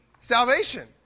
salvation